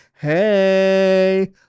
Hey